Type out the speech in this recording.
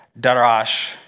darash